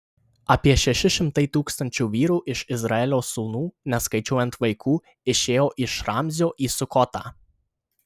apie šeši šimtai tūkstančių vyrų iš izraelio sūnų neskaičiuojant vaikų išėjo iš ramzio į sukotą